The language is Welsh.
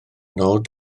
nod